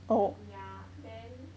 yeah then